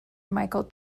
michael